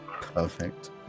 Perfect